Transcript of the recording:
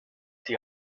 die